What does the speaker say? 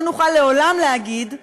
לא נוכל לעולם להגיד,